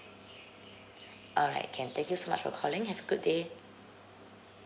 alright can thank you so much for calling have a good day